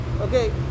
Okay